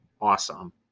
awesome